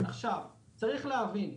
צריך להבין,